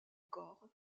corps